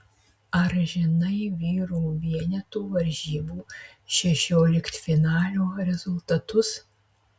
ar žinai vyrų vienetų varžybų šešioliktfinalio rezultatus